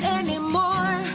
anymore